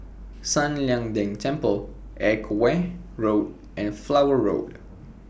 San Lian Deng Temple Edgware Road and Flower Road